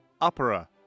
Opera